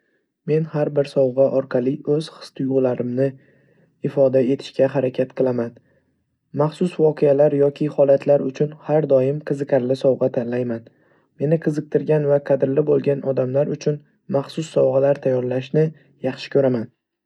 Men har bir sovg'a orqali o'z his-tuyg'ularimni ifoda etishga harakat qilaman. Maxsus voqealar yoki holatlar uchun har doim qiziqarli sovg'a tanlayman. Meni qiziqtirgan va qadrli bo'lgan odamlar uchun maxsus sovg'alar tayyorlashni yaxshi ko'raman.